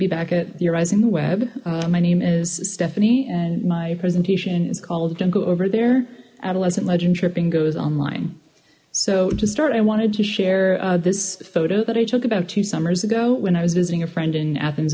be back at your rising the web my name is stephanie and my presentation is called don't go over there adolescent legend tripping goes online so to start i wanted to share this photo that i took about two summers ago when i was visiting a friend in athens